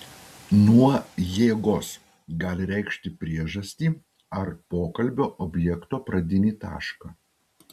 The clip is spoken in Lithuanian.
nuo jėgos gali reikšti priežastį ar pokalbio objekto pradinį tašką